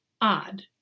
odd